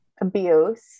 abuse